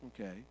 Okay